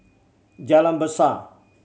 Jalan Besar